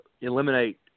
eliminate